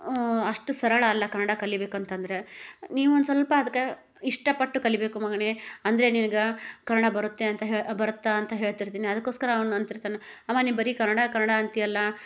ಅಷ್ಟು ಸರಳ ಅಲ್ಲ ಕನ್ನಡ ಕಲಿಬೇಕಂತಂದ್ರೆ ನೀವೊಂದು ಸ್ವಲ್ಪ ಅದಕ್ಕೆ ಇಷ್ಟಪಟ್ಟು ಕಲಿಯಬೇಕು ಮಗನೇ ಅಂದರೆ ನಿನಗೆ ಕನ್ನಡ ಬರುತ್ತೆ ಅಂತ ಹೇ ಬರತ್ತಾ ಅಂತ ಹೇಳ್ತಿರ್ತೀನಿ ಅದಕ್ಕೋಸ್ಕರ ಅವನು ಅಂತಿರ್ತಾನೆ ಅಮ್ಮ ನೀ ಬರೀ ಕನ್ನಡ ಕನ್ನಡ ಅಂತೀಯಲ್ಲ